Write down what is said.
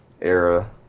era